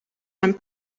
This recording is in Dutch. een